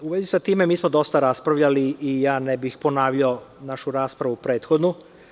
U vezi sa time, mi smo dosta raspravljali i ja ne bih ponavljao našu prethodnu raspravu.